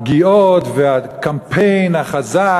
הפגיעות והקמפיין החזק,